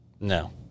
No